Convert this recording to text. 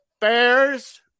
Bears